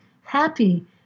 happy